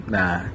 Nah